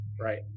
right